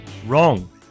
wrong